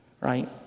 Right